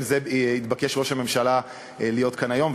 זה התבקש ראש הממשלה להיות כאן היום,